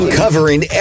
covering